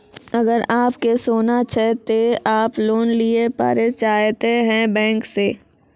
अगर आप के सोना छै ते आप लोन लिए पारे चाहते हैं बैंक से?